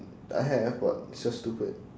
I have but it's just stupid